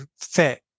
fit